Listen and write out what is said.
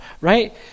right